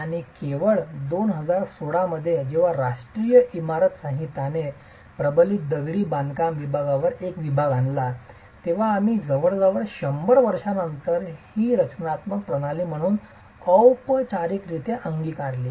आणि केवळ 2016 मध्ये जेव्हा राष्ट्रीय इमारत संहिताने प्रबलित दगडी बांधकाम वर एक विभाग आणला तेव्हा आम्ही जवळजवळ 100 वर्षांनंतर ही रचनात्मक प्रणाली म्हणून औपचारिकरित्या अंगीकारली